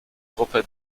gruppe